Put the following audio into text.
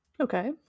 Okay